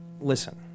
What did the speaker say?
listen